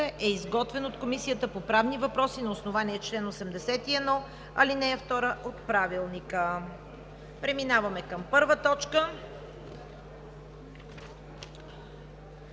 е изготвен от Комисията по правни въпроси на основание чл. 81, ал. 2 от Правилника. Преминаваме към първа точка: